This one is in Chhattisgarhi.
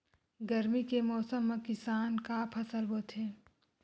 गरमी के मौसम मा किसान का फसल बोथे?